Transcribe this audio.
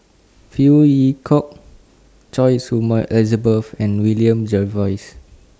Phey Yew Kok Choy Su Moi Elizabeth and William Jervois